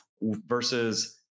versus